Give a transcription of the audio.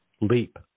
leap